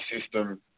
system